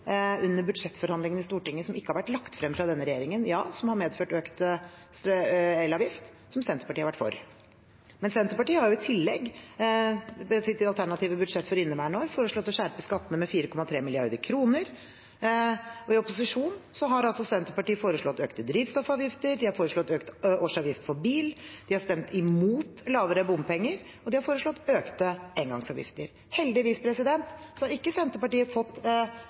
Stortinget som ikke har vært lagt frem fra denne regjeringen, og som – ja – har medført økt elavgift, som Senterpartiet har vært for. Men Senterpartiet har i tillegg i sitt alternative budsjett for inneværende år, foreslått å skjerpe skattene med 4,3 mrd. kr. I opposisjon har altså Senterpartiet foreslått økte drivstoffavgifter, økt årsavgift for bil, de har stemt imot lavere bompenger, og de har foreslått økte engangsavgifter. Heldigvis har ikke Senterpartiet fått